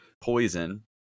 poison